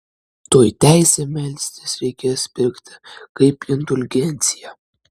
tuoj teisę melstis reikės pirkti kaip indulgenciją